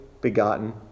begotten